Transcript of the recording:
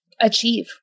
achieve